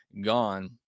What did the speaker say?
gone